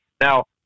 Now